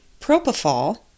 propofol